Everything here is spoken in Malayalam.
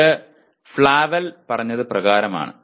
ഇത് ഫ്ലാവെൽ പറഞ്ഞതു പ്രകാരമാണ്